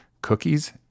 cookies